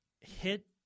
Hit